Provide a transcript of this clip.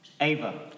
Ava